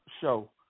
show